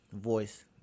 voice